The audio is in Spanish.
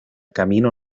camino